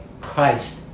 Christ